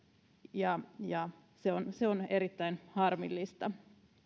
ja ja se on se on erittäin harmillista